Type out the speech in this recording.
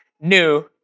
new